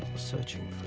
searching